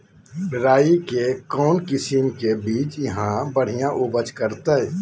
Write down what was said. राई के कौन किसिम के बिज यहा बड़िया उपज करते?